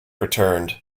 returned